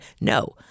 no